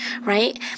right